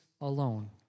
alone